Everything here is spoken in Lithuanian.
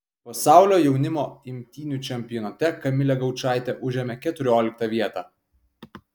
pasaulio jaunimo imtynių čempionate kamilė gaučaitė užėmė keturioliktą vietą